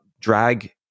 drag